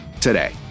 today